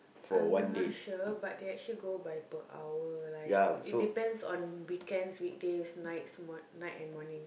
I'm not sure but they actually go by per hour like it depends on weekends weekdays nights night and morning